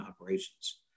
operations